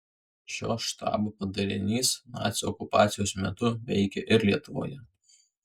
šio štabo padalinys nacių okupacijos metu veikė ir lietuvoje